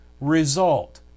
result